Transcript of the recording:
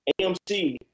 AMC